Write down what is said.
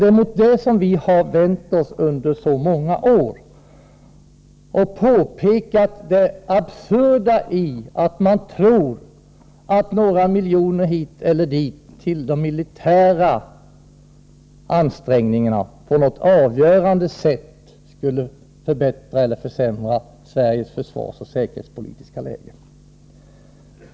Det är mot detta vi har vänt oss under så många år och påpekat det absurda i att man tror att några miljoner hit eller dit till de militära ansträngningarna på något avgörande sätt kunde förbättra eller försämra Sveriges försvarsoch säkerhetspolitiska läge.